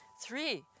three